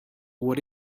what